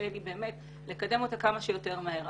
היושבת ראש לקדם אותה כמה שיותר מהר.